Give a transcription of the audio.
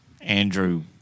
Andrew